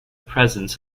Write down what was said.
presence